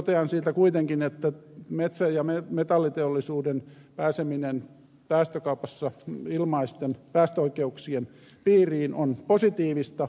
totean siitä kuitenkin että metsä ja metallisteollisuuden pääseminen päästökaupassa ilmaisten päästöoikeuksien piiriin on positiivista